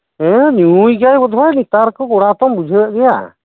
ᱦᱮᱸ ᱧᱩᱭ ᱜᱮᱭᱟᱭ ᱵᱚᱫᱷᱚᱭ ᱱᱮᱛᱟᱨ ᱠᱚ ᱠᱚᱲᱟ ᱠᱚ ᱛᱚᱢ ᱵᱩᱡᱷᱟᱹᱣ ᱮᱜ ᱜᱮᱭᱟ